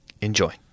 Enjoy